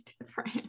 different